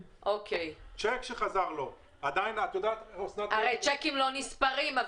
צ'ק שחזר לו --- הרי צ'קים לא נספרים.